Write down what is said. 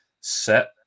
set